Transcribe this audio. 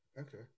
okay